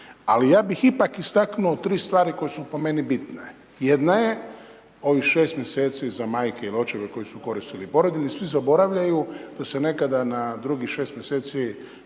Ali ja bih istaknuo tri stvari koje su po meni bitne, jedna je ovih 6 mjeseci za majke il očeve koji su koristili porodiljni svi zaboravljaju da se nekada na drugih 6 mjeseci